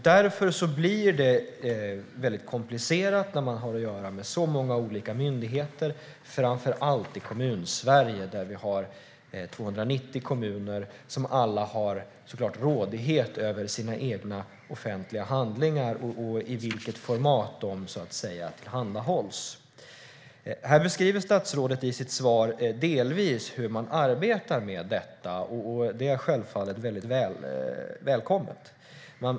Då blir det komplicerat när man har att göra med så många olika myndigheter, framför allt i Kommunsverige. Sveriges 290 kommuner har alla rådighet över sina offentliga handlingar och i vilket format de tillhandahålls. I sitt svar beskriver statsrådet delvis hur man arbetar med detta, och det är självfallet välkommet.